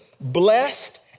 blessed